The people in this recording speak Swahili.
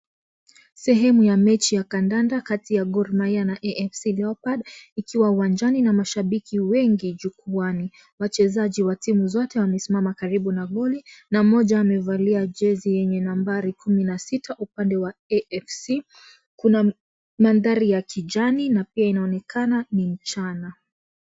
Sehemu ya mechi ya kandanda kati ya Gormahia na AFC Leopards ikiwa uwanjani na mashabiki wengi jukuani. Wachezaji wa timu zote wamesimama karibu na koli na mmoja amevalia jesi yenye nambari kumi na sita, upande wa AFC. Kuna maandhari ya kijani na pia inaonekana ni mchana.